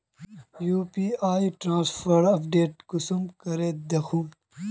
UPI transfer update कुंसम करे दखुम?